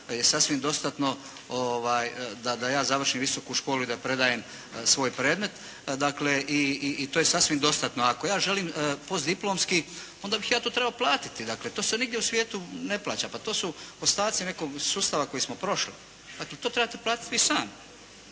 je sasvim dostatno da ja završim visoku školu i da predajem svoj predmet. Dakle i to je sasvim dostatno. Ako ja želim postdiplomski onda bih ja to trebao platiti. To se nigdje u svijetu ne plaća. Pa to su ostaci nekog sustava koji smo prošli. A to trebati vi platiti sami.